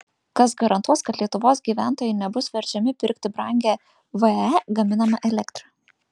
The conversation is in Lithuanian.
kas garantuos kad lietuvos gyventojai nebus verčiami pirkti brangią vae gaminamą elektrą